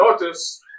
notice